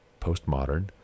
postmodern